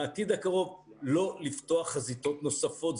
בעתיד הקרוב לא לפתוח חזיתות נוספות,